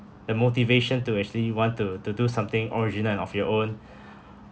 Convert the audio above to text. the motivation to actually want to to do something original and of your own